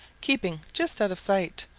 keeping just out of sight.